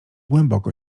głęboko